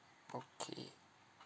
okay